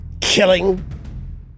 killing